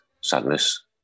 sadness